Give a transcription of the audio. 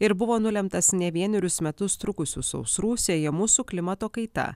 ir buvo nulemtas ne vienerius metus trukusių sausrų siejamų su klimato kaita